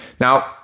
Now